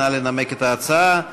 נא לנמק את ההצעה.